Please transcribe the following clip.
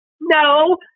No